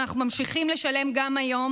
ואנחנו ממשיכים לשלם גם היום,